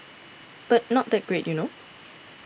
but not that great you know